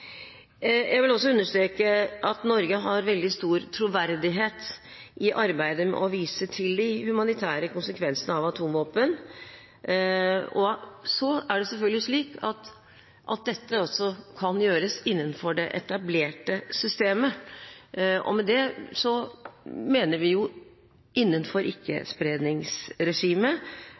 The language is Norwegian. Jeg vil også understreke at Norge har veldig stor troverdighet i arbeidet med å vise til de humanitære konsekvensene av atomvåpen. Så er det selvfølgelig slik at dette også kan gjøres innenfor det etablerte systemet. Med det mener vi innenfor